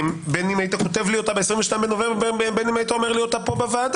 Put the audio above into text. בין אם היית כותב לי אותה ב-22.11 או נותן לי אותה פה בוועדה,